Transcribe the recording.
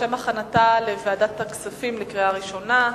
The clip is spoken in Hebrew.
לשם הכנתה לקריאה ראשונה,